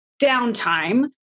downtime